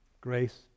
Grace